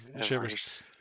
Shivers